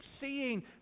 seeing